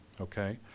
Okay